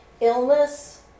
Illness